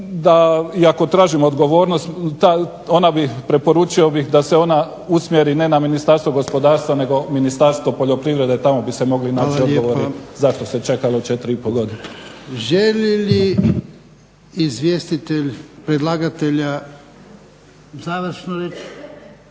ako tražim odgovornost preporučio bih da se ona usmjeri ne na Ministarstvo gospodarstva, nego na Ministarstvo poljoprivrede tamo biste mogli naći odgovore, zato se čekalo 4,5 godine. **Jarnjak, Ivan (HDZ)** Hvala lijepa. Želi li izvjestitelj predlagatelja završno?